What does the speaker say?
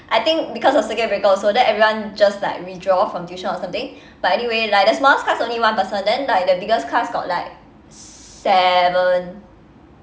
I think because of circuit breaker also then everyone just like withdraw from tuition or something but anyway like the smallest class only one person then like the biggest class got like seven